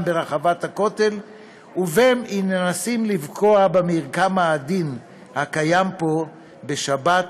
ברחבת הכותל ובין אם מנסים לפגוע במרקם העדין הקיים פה בשבת,